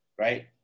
right